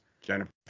Jennifer